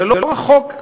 זה לא רחוק,